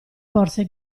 porse